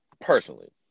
personally